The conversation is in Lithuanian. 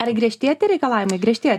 ar griežtėja tie reikalavimai griežtėja